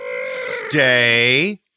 Stay